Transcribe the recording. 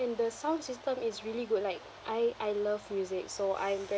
and the sound system is really good like I I love music so I'm very